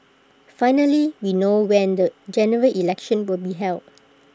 finally we know when the General Election will be held